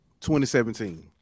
2017